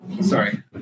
Sorry